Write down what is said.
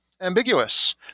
ambiguous